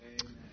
Amen